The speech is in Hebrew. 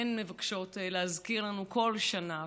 הן מבקשות להזכיר לנו כל שנה.